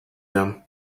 them